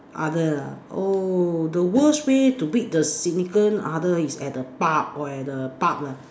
other ah oh the worst way to meet the significant other is at the pub or at the pub lah